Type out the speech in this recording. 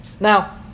Now